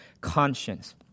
conscience